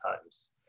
times